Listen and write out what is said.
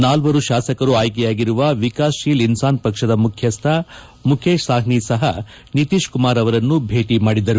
ನಾಲ್ವರು ಶಾಸಕರು ಆಯ್ಕೆಯಾಗಿರುವ ವಿಕಾಸ್ಶೀಲ ಇನ್ಸಾನ್ ಪಕ್ಷದ ಮುಖ್ಯಸ್ದ ಮುಖೇಶ್ ಸಹ್ನಿ ಸಹ ನಿತೀಶ್ ಕುಮಾರ್ ಅವರನ್ನು ಭೇಟಿ ಮಾಡಿದರು